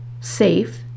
safe